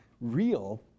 real